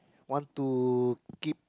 want to keep